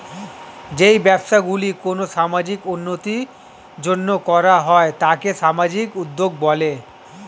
যেই ব্যবসাগুলি কোনো সামাজিক উন্নতির জন্য করা হয় তাকে সামাজিক উদ্যোগ বলে